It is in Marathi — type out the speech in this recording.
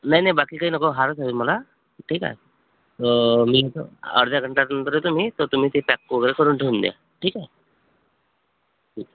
नाही नाही बाकी काही नको हारच हवे मला ठीक आहे मी येतो अर्ध्या घंटानंतर येतो मी तर तुम्ही ते पॅक वगैरे करून ठेवून द्या ठीक आहे